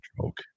joke